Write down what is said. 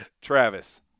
Travis